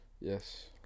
Yes